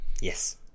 Yes